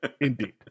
indeed